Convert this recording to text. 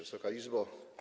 Wysoka Izbo!